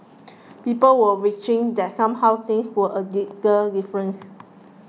people were reaching that somehow things were a little different